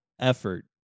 effort